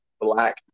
black